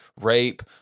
rape